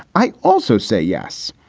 i also say yes,